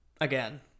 again